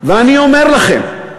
ואני אומר לכם: